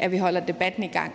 at vi holder debatten i gang,